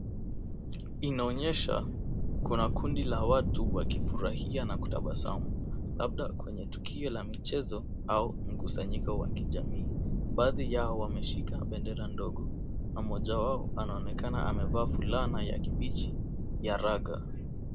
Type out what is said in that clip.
Inaonyesha kuna kundi la watu wakifurahia na kutabasamu, labda kwenye tukio la michezo au mkusanyiko wa kijamii. Baadhi yao wameshika bendera ndogo na mmoja wao anaonekana amevaa fulana ya kibichi ya raga.